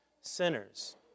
sinners